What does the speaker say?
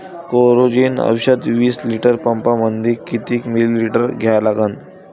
Coragen औषध विस litre पंपामंदी किती मिलीमिटर घ्या लागन?